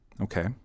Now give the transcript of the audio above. Okay